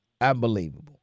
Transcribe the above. Unbelievable